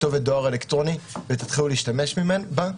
כתובת דואר אלקטרוני ותתחילו להשתמש בה,